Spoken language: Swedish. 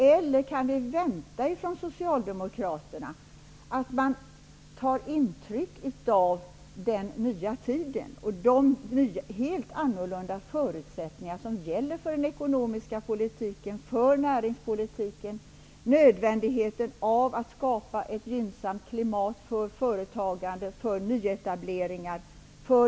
Eller kan vi förvänta oss att socialdemokraterna skall ta intryck av den nya tiden och de helt annorlunda förutsättningar som gäller för den ekonomiska politiken, för näringspolitiken, nödvändigheten av att skapa ett gynnsamt klimat för företagande och nyetableringar?